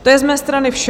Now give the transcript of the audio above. To je z mé strany vše.